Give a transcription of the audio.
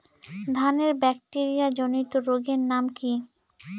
ধানের ব্যাকটেরিয়া জনিত রোগের নাম কি?